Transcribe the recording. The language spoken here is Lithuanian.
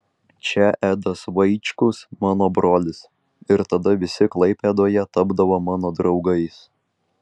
čia edas vaičkus mano brolis ir tada visi klaipėdoje tapdavo mano draugais